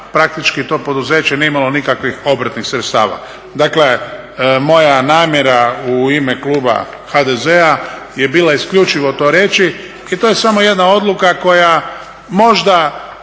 praktički to poduzeće nije imalo nikakvih obrtnih sredstava. Dakle, moja namjera u ime kluba HDZ-a je bila isključivo to reći. I to je samo jedna odluka koja možda